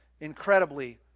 incredibly